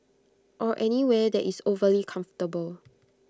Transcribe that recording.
or anywhere that is overly comfortable